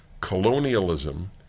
colonialism